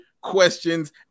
questions